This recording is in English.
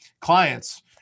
clients